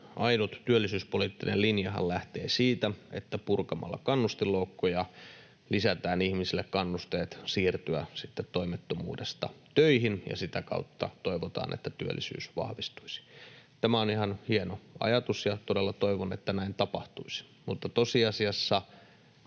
ainut työllisyyspoliittinen linjahan lähtee siitä, että purkamalla kannustinloukkuja lisätään ihmisille kannusteet siirtyä sitten toimettomuudesta töihin, ja sitä kautta toivotaan, että työllisyys vahvistuisi. Tämä on ihan hieno ajatus, ja todella toivon, että näin tapahtuisi,